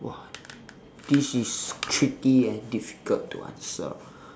!whoa! this is tricky and difficult to answer